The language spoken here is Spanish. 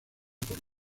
por